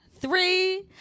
three